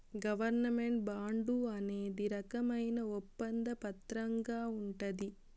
government bond అనేది రకమైన ఒప్పంద పత్రంగా ఉంటది